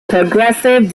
progressive